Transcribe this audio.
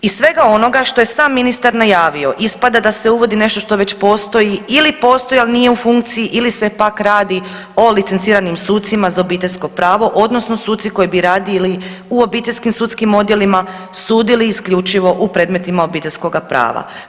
Iz svega onoga što je sam ministar najavio ispada da se uvodi već nešto što već postoji ili postoji ali nije u funkciji ili se pak radi o licenciranim sucima za obiteljsko pravo odnosno suci koji bi radili u obiteljskim sudskim odjelima, sudili isključivo u predmetima obiteljskoga prava.